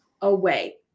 away